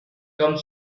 come